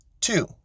Two